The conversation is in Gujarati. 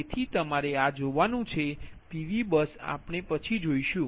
તેથી તમારે આ જોવાનું છે PV બસ આપણે પછી જોશું